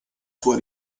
sua